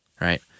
right